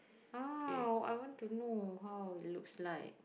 oh I want to know how it looks like